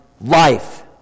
life